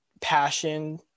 passion